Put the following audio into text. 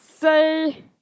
say